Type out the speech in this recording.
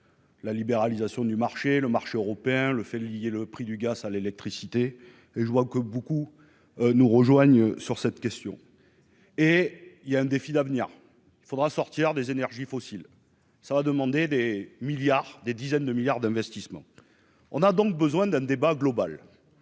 la libéralisation du marché, le marché européen, le fait de lier le prix du gaz à l'électricité, et je vois que beaucoup nous rejoignent sur cette question et il y a un défi d'avenir, il faudra sortir des énergies fossiles, ça va demander des milliards, des dizaines de milliards d'investissements, on a donc besoin d'un débat global